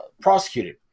prosecuted